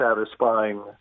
satisfying